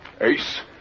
Ace